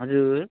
हजुर